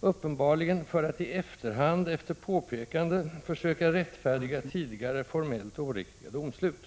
uppenbarligen för att i efterhand, efter påpekande, försöka rättfärdiga tidigare formellt oriktiga domslut.